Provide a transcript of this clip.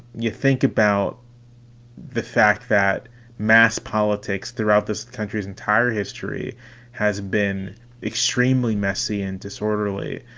you think about the fact that mass politics throughout this country's entire history has been extremely messy and disorderly.